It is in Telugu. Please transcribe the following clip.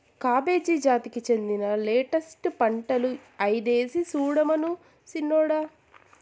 కాబేజీ జాతికి చెందిన లెట్టస్ పంటలు ఐదేసి సూడమను సిన్నోడా